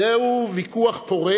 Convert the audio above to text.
זה ויכוח פורה,